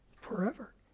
forever